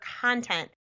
content